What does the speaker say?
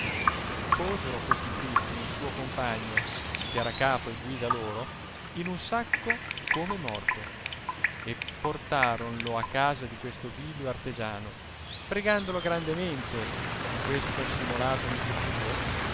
posero questi tristi un suo compagno ch'era capo e guida loro in un sacco come morto e portaronlo a casa di questo vilio artegiano pregandolo grandemente questo simolato amico suo